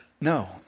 No